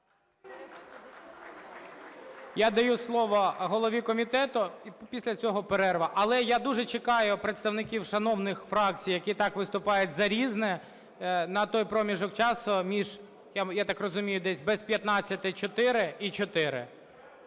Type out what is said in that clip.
Я даю слово голові комітету. І після цього перерва. Але я дуже чекаю представників шановних фракцій, які так виступають за "Різне", на той проміжок часу між, я так розумію, десь без п'ятнадцяти